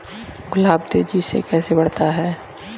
गुलाब तेजी से कैसे बढ़ता है?